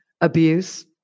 abuse